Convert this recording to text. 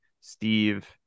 steve